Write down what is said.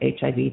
HIV